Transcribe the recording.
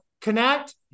connect